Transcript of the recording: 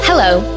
Hello